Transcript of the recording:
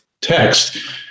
text